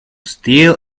steal